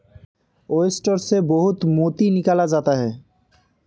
oyster से बहुत मोती निकाला जाता है